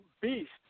beast